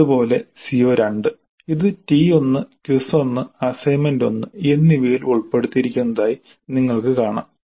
അതുപോലെ CO2 ഇത് T 1 quiz 1 assignment 1 എന്നിവയിൽ ഉൾപ്പെടുത്തിയിരിക്കുന്നതായി നിങ്ങൾക്ക് കാണാം